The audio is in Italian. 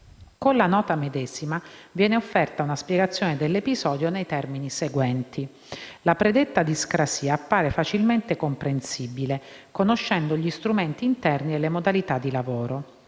Con la nota medesima viene offerta una spiegazione dell’episodio nei termini seguenti: «La predetta discrasia appare facilmente comprensibile conoscendo gli strumenti interni e le modalità di lavoro.